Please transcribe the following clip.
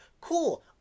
cool